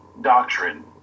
doctrine